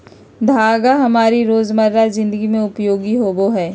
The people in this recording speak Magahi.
धागा हमारी रोजमर्रा जिंदगी में उपयोगी होबो हइ